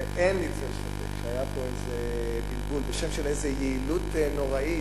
ואין לי צל ספק שהיה פה איזה בלבול בשם של איזה יעילות נוראית,